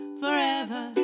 forever